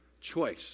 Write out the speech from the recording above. choice